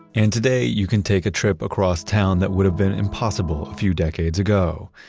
and today, you can take a trip across town that would've been impossible a few decades ago.